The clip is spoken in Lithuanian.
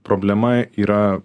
problema yra